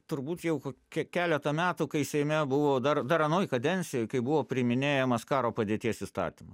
turbūt jau kokia keleta metų kai seime buvo dar dar anoj kadencijoj kai buvo priiminėjamas karo padėties įstatyma